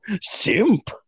simp